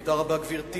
תודה רבה, גברתי.